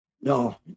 no